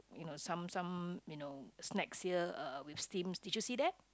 you know some some you know snacks here uh with steams did you see that